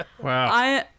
Wow